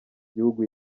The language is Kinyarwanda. gihugu